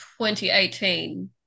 2018